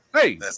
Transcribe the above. Hey